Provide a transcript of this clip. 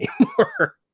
anymore